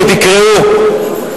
שתקראו מספר ספרים,